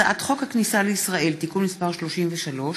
הצעת חוק הכניסה לישראל (תיקון מס' 33)